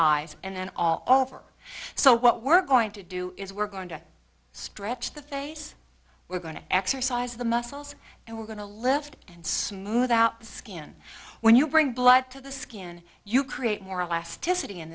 eyes and then all over so what we're going to do is we're going to stretch the face we're going to exercise the muscles and we're going to lift and smooth out the skin when you bring blood to the skin you create more or less to sitting in